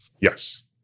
Yes